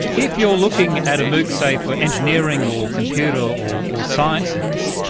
if you're looking at a mooc, say, for engineering or computer or or sciences,